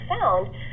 found